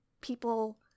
people